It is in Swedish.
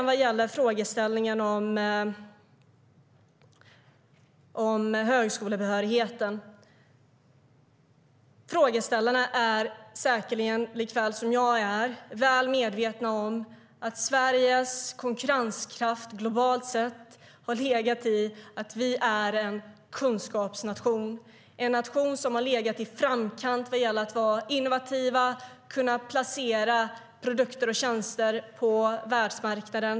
Vad gäller frågan om högskolebehörigheten: Frågeställarna är säkerligen liksom jag väl medvetna om att Sveriges konkurrenskraft globalt sett har legat i att vi är en kunskapsnation, en nation som har legat i framkant vad gäller att vara innovativ och kunna placera produkter och tjänster på världsmarknaden.